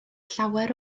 llawer